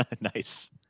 Nice